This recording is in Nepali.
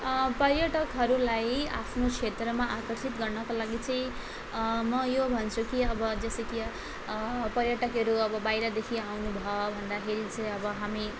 पर्यटकहरूलाई आफ्नो क्षेत्रमा आकर्षित गर्नको लागि चाहिँ म यो भन्छु कि अब जस्तो कि अब पर्यटकहरू अब बाहिरदेखि आउनु भयो भन्दाखेरि चाहिँ अब हामी